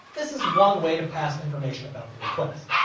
this is one way to pass information about the request.